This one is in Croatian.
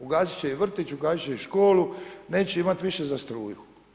Ugasit će i vrtić, ugasit će i školu, neće imati više za struju.